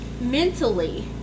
mentally